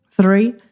three